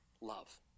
love